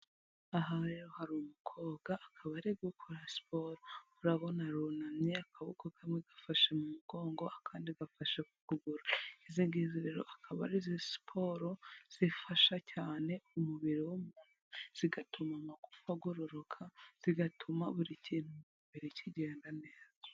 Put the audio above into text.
Aha rero hari umukobwa akaba ari gukora siporo, urabona arunamye akaboko kamwe gafashe mu mugongo akandi gafasha kugura, izi ngizi rero akaba arizo siporo zifasha cyane umubiri w'umuntu zigatuma amagufa agororoka, zigatuma buri kintu imbere kigenda neza.